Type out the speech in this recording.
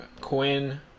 quinn